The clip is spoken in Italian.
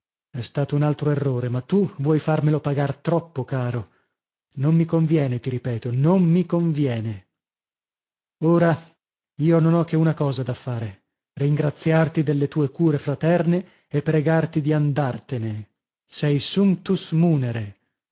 è stato un altro errore ma tu vuoi farmelo pagar troppo caro non mi conviene ti ripeto non mi conviene ora io non ho che una cosa a fare ringraziarti delle tue cure fraterne e pregarti di andartene sei sunctus munere